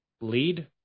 lead